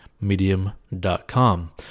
Medium.com